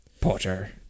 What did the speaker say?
porter